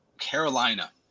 Carolina